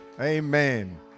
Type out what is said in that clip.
Amen